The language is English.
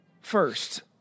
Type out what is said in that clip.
first